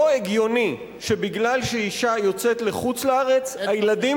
לא הגיוני שמפני שאשה יוצאת לחוץ-לארץ הילדים